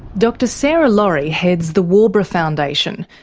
dr sarah laurie heads the waubra foundation,